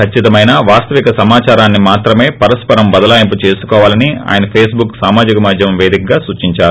కచ్చితమైన వాస్తవిక సమాదారాన్ని మాత్రమే సరస్సరం బదలాయింపు చేసుకోవాలని ఆయన ఫస్బుక్ సామాజిక మాధ్యమం పేదికగా సూచిందారు